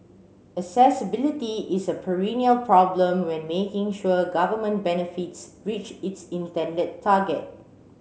accessibility is a perennial problem when making sure government benefits reach its intended target